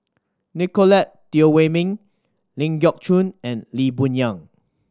Nicolette Teo Wei Min Ling Geok Choon and Lee Boon Yang